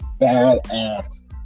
badass